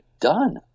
done